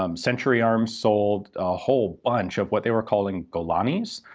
um century arms sold a whole bunch of what they were calling golani's,